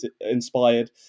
inspired